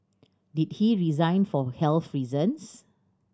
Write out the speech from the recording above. did he resign for health reasons